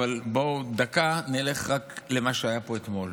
אבל בואו נלך דקה למה שהיה פה אתמול.